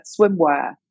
swimwear